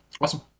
Awesome